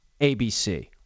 ABC